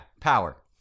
power